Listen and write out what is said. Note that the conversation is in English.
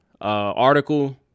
article